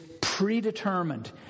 predetermined